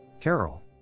Carol